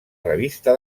revista